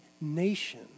nation